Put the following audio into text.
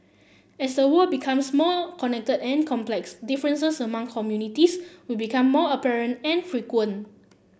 as the world becomes more connected and complex differences among communities will become more apparent and frequent